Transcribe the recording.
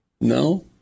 No